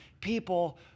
people